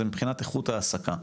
זה מבחינת איכות ההעסקה.